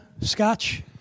scotch